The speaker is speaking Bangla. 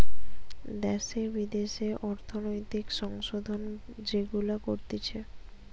দ্যাশে বিদ্যাশে অর্থনৈতিক সংশোধন যেগুলা করতিছে